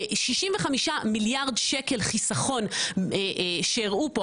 65 מיליארד שקל חיסכון שהראו פה,